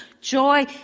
Joy